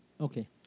Okay